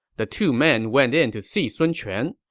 the two men went in to see sun quan.